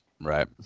right